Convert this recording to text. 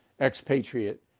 expatriate